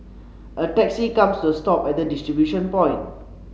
a taxi comes to a stop at the distribution point